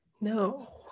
No